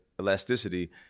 elasticity